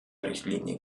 richtlinie